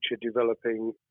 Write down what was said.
developing